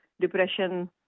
depression